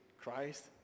Christ